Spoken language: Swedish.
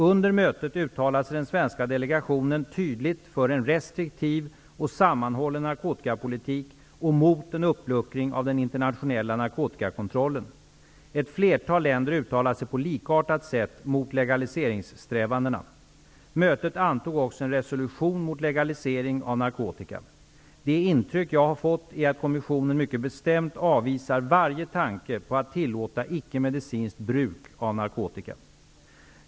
Under mötet uttalade sig den svenska delegationen tydligt för en restriktiv och sammanhållen narkotikapolitik och mot en uppluckring av den internationella narkotikakontrollen. Ett flertal länder uttalade sig på likartat sätt mot legaliseringssträvandena. Mötet antog också en resolution mot legalisering av narkotika. Det intryck jag har fått är att kommissionen mycket bestämt avvisar varje tanke på att tillåta ickemedicinskt bruk av narkotika.